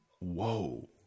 Whoa